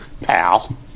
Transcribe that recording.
pal